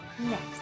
next